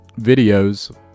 videos